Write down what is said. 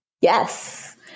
Yes